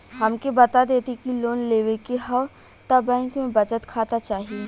हमके बता देती की लोन लेवे के हव त बैंक में बचत खाता चाही?